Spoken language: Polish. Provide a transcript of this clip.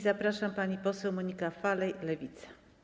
Zapraszam panią poseł Monikę Falej, Lewica.